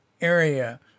area